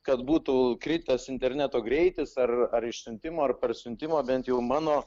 kad būtų kritęs interneto greitis ar ar išsiuntimo ar parsiuntimo bent jau mano